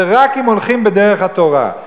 זה רק אם הולכים בדרך התורה.